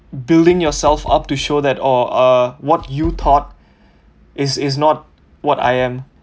building yourself up to show that oh uh what you thought is is not what I am